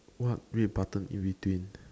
what red button in between